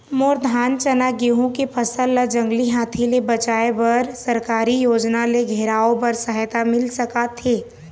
मोर धान चना गेहूं के फसल ला जंगली हाथी ले बचाए बर सरकारी योजना ले घेराओ बर सहायता मिल सका थे?